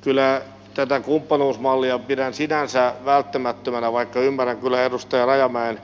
kyllä tätä kumppanuusmallia pidän sinänsä välttämättömänä vaikka ymmärrän kyllä edustaja rajamäen